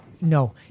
No